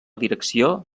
direcció